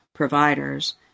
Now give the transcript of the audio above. Providers